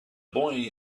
boy